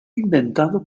inventado